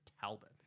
Talbot